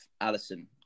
Allison